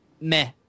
meh